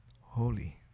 holy